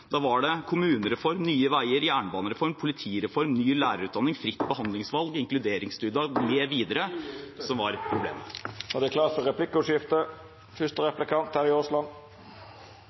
Da var det kommunereform, Nye Veier, jernbanereform, politireform, ny lærerutdanning , fritt behandlingsvalg, inkluderingsdugnad mv. som var problemet. Tida er ute. Det vert replikkordskifte. Etter fem år med Høyre i Næringsdepartementet er